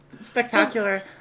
spectacular